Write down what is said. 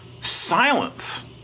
silence